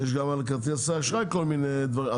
יש גם על חברות כרטיסי אשראי כל מיני דברים.